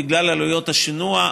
בגלל עלויות השינוע,